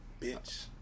bitch